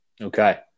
Okay